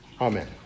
Amen